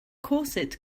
corset